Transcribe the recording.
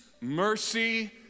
mercy